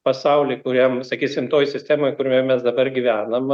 pasauly kuriam sakysim toj sistemoj kurioje mes dabar gyvenam